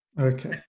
Okay